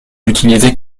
utilisé